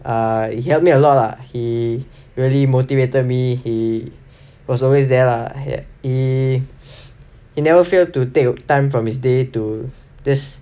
err he helped me a lot lah he really motivated me he was always there lah he he he never failed to take time from his day to just